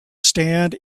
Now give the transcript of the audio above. stand